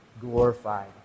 glorified